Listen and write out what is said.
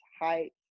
height